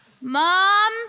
mom